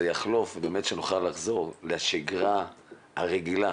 יחלוף ובאמת שנוכל לחזור לשגרה הרגילה